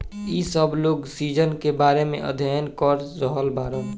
इ सब लोग सीजन के बारे में अध्ययन कर रहल बाड़न